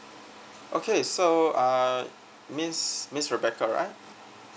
okay so uh miss miss rebecca right